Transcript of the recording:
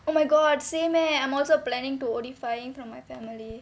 oh my god same leh I'm also planning to ஓடிபயிங்:odipaying from my family